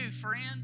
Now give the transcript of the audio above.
friend